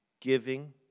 giving